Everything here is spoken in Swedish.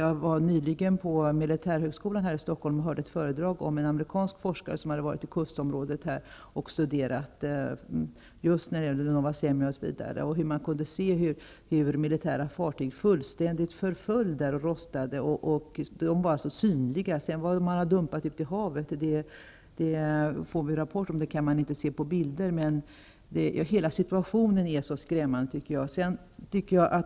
Jag var nyligen på Militärhögskolan i Stockholm och lyssnade på ett föredrag om en amerikansk forskare som hade varit i kustområdet vid Novaja Semlja. Militära fartyg förföll helt och hållet och rostade, och dessa var alltså synliga. Vad man sedan har dumpat ute i havet kommer vi att få rapport om. Det kan man inte se på bilder. Men hela situationen är skrämmande.